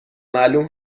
معلوم